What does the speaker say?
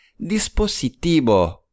dispositivo